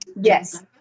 Yes